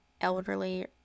elderly